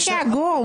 להשתתף.